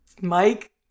Mike